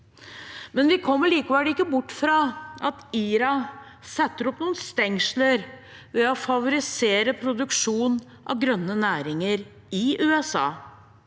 Men vi kommer likevel ikke bort fra at IRA setter opp noen stengsler ved å favorisere produksjon av grønne næringer i USA.